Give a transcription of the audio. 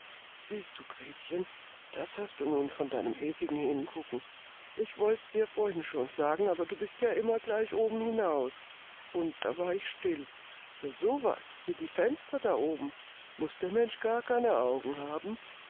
siehst du gretchen das hast du nun von deinem ewigen hingucken ich wollte dir's vorhin schon sagen aber du bist ja immer gleich obenhinaus und da war ich still für so was wie die fenster da oben muß der mensch gar keine augen haben